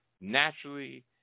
naturally